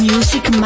Music